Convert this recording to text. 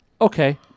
okay